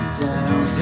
down